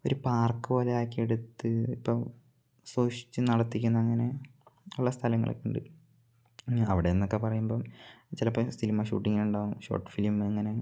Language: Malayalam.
ഒരു പാർക്ക് പോലെ ആക്കി എടുത്ത് ഇപ്പം സൂക്ഷിച്ചു നടത്തിക്കുന്ന അങ്ങനെ ഉള്ള സ്ഥലങ്ങളൊക്കെ ഉണ്ട് അവിടെ നിന്നൊക്കെ പറയുമ്പം ചിലപ്പം സിനിമ ഷൂട്ടിങ്ങ് ഉണ്ടാവും ഷോർട്ട് ഫിലിമ് അങ്ങനെ